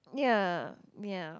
ya ya